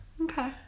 Okay